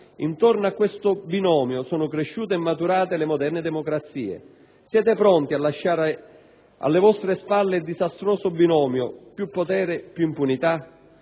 Intorno a questo binomio sono cresciute e maturate le moderne democrazie. Siete pronti a lasciare alle vostre spalle il disastroso binomio più potere più impunità?